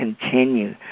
continue